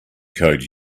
code